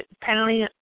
penalty